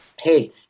hey